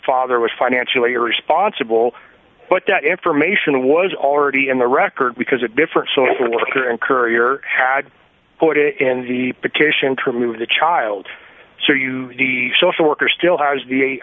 father was financially responsible but that information was already in the record because a different social worker and courier had put it in the petition true of the child so you the social worker still has the